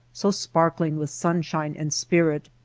so sparkling with sunshine and spirit.